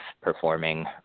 performing